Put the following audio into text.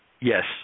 Yes